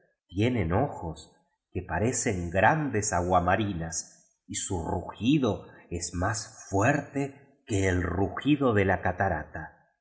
tienen ojos que parecen grandes aguamarinas y sn rugido es más fuerte que el rugido de la catarata